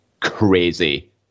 crazy